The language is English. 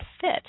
fit